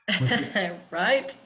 Right